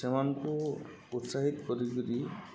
ସେମାନଙ୍କୁ ଉତ୍ସାହିତ କରିକିରି